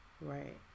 Right